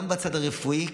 גם בצד הרפואי,